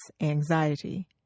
anxiety